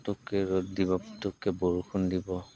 পুটুককৈ ৰ'দ দিব পুটুককৈ বৰষুণ দিব